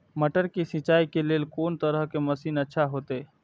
मटर के सिंचाई के लेल कोन तरह के मशीन अच्छा होते?